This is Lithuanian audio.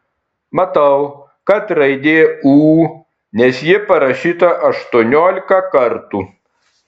matau kad raidė ū nes ji parašyta aštuoniolika kartų